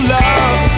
love